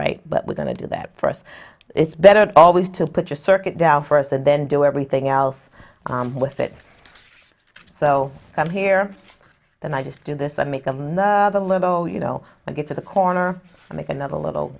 right but we're going to do that for us it's better always to put your circuit down for us and then do everything else with it so come here and i just do this i make them the the little you know i get to the corner and make another little